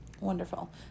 Wonderful